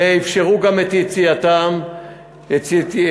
ואפשרו גם את יציאתן ממנה.